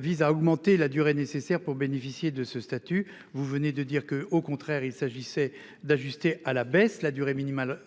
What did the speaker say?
Vise à augmenter la durée nécessaire pour bénéficier de ce statut, vous venez de dire que, au contraire, il s'agissait d'ajuster à la baisse la durée minimale